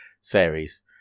series